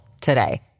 today